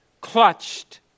clutched